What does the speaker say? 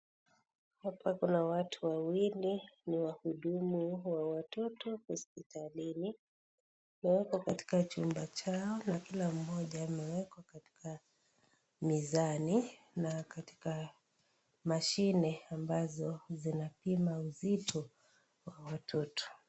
Hapa kuna watu wawili ni wahudumu wa watoto hospitalini. Na hapa katika chumba chao na kila mmoja amewekwa katika mizani na katika mashine ambazo zinapima uzito wa watoto.